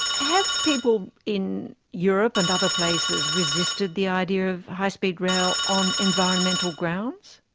have people in europe and other places resisted the idea of high speed rail on environmental grounds?